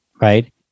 Right